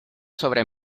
sobre